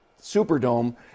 Superdome